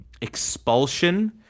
Expulsion